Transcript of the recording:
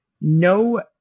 no